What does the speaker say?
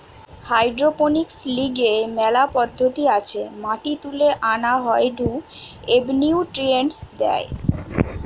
hydroponics লিগে মেলা পদ্ধতি আছে মাটি তুলে আনা হয়ঢু এবনিউট্রিয়েন্টস দেয়